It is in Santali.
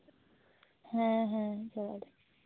ᱦᱮᱸ ᱦᱮᱸ ᱡᱚᱦᱟᱨᱜᱮ